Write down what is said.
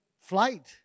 flight